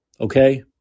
okay